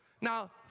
Now